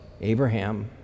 Abraham